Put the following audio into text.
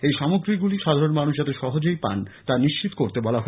এই সামগ্রীগুলি সাধারণ মানুষ যাতে সহজেই পান তা নিশ্চিত করতে বলা হয়েছে